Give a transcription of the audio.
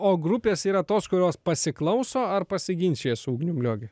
o grupės yra tos kurios pasiklauso ar pasiginčija su ugniumi lioge